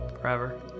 Forever